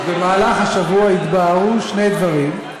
אז, במהלך השבוע התבהרו שני דברים,